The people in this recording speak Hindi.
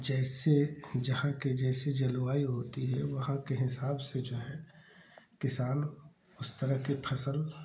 जैसे जहाँ की जैसे जलवायु होती है वहाँ के हिसाब से जो है किसान उस तरह के फसल